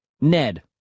ned